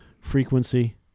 Frequency